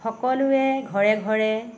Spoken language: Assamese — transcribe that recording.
সকলোৱে ঘৰে ঘৰে